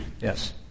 Yes